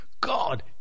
God